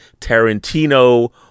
Tarantino